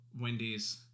Wendy's